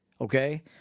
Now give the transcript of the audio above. okay